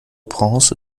prince